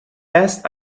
best